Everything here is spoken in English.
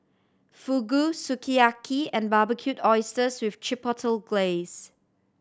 Fugu Sukiyaki and Barbecued Oysters with Chipotle Glaze